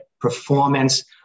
performance